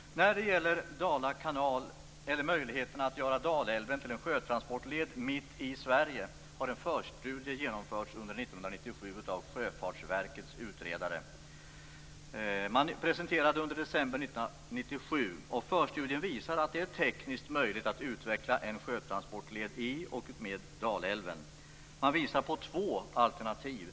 När det gäller Dala kanal, eller möjligheterna att göra Dalälven till en sjötransportled mitt i Sverige, har en förstudie genomförts under 1997 av Sjöfartsverkets utredare och presenterats i december 1997. Förstudien visar att det är tekniskt möjligt att utveckla en sjötransportled i och utmed Dalälven. Man visar på två alternativ.